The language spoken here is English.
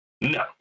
No